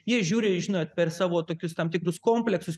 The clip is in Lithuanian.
jie žiūri žinot per savo tokius tam tikrus komplektus